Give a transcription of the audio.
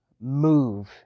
move